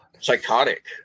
psychotic